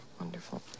wonderful